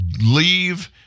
leave